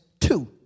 two